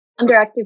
underactive